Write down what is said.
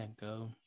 go